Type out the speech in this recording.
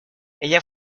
ella